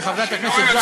וחברת הכנסת זועבי,